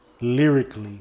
lyrically